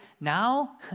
now